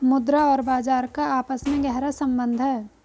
मुद्रा और बाजार का आपस में गहरा सम्बन्ध है